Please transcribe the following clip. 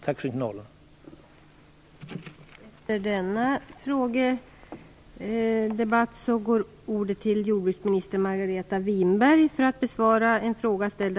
Tack än en gång för signalen.